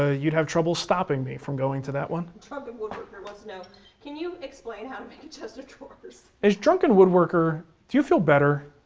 ah you'd have trouble stopping me from going to that one. drunken woodworker wants to know can you explain how to make a chest of drawers. is drunken woodworker. do you feel better?